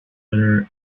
other